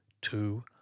two